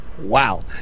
Wow